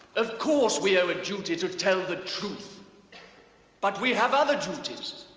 of course we have a duty to tell the truth but we have other duties.